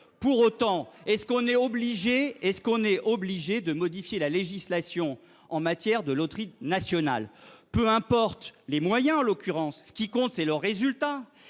Pour autant, est-on obligé de modifier la législation en matière de loterie nationale ? Peu importe les moyens, en l'occurrence ! Ce qui compte, c'est le résultat